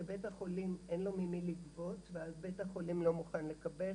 כשבית החולים אין לו ממי לגבות אז בית החולים לא מוכן לקבל.